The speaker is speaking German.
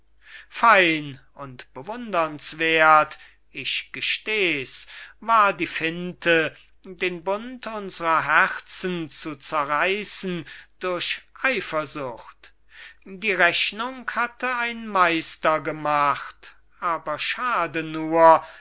fein und bewundernswerth ich gesteh's war die finte den bund unsrer herzen zu zerreißen durch eifersucht die rechnung hatte ein meister gemacht aber schade nur